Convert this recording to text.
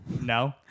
No